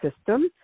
system